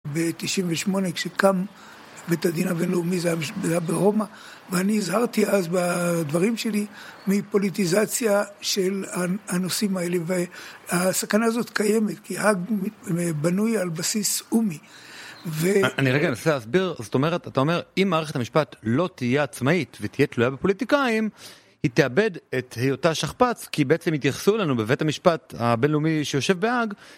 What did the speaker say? ב-98, כשקם בית הדין הבינלאומי, זה היה ברומא, ואני הזהרתי אז בדברים שלי מפוליטיזציה של הנושאים האלה, והסכנה הזאת קיימת, כי האג בנוי על בסיס אומי. אני רגע אנסה להסביר. זאת אומרת, אתה אומר, אם מערכת המשפט לא תהיה עצמאית ותהיה תלויה בפוליטיקאים, היא תאבד את היותה שכפ"צ, כי בעצם יתייחסו אלינו בבית המשפט הבינלאומי שיושב באג.